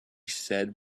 said